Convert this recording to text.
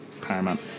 paramount